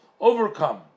overcome